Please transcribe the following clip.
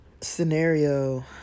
scenario